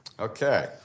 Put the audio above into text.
Okay